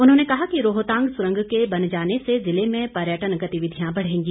उन्होंने कहा कि रोहतांग सुरंग के बन जाने से जिले में पर्यटन गतिविधियां बढ़ेगी